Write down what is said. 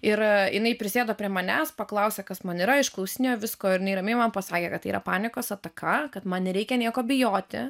ir jinai prisėdo prie manęs paklausė kas man yra išklausinėjo visko ir jinai ramiai man pasakė kad tai yra panikos ataka kad man nereikia nieko bijoti